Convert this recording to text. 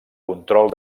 control